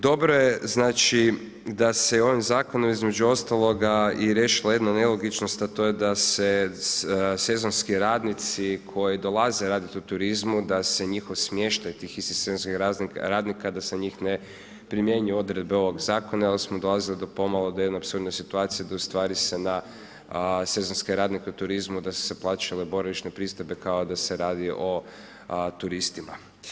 Dobro je znači da se ovim zakonom između ostaloga i riješila jedna nelogičnost a to je da se sezonski radnici koji dolaze raditi u turizmu da se njihov smještaj tih istih sezonskih radnika da se na njih ne primjenjuju odredbe ovog zakona jer smo dolazili do pomalo do jedne apsurdne situacije da ustvari se na sezonske radnike u turizmu da su se plaćale boravišne pristojbe kao da se radi o turistima.